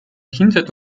kindheit